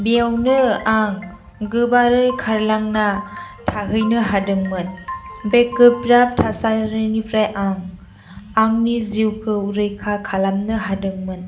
बेवनो आं गोबारै खारलांना थाहैनो हादोंमोन बे गोब्राब थासारिनिफ्राय आं आंनि जिउखौ रैखा खालामनो हादोंमोन